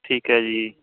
ਠੀਕ ਹੈ ਜੀ